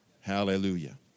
Hallelujah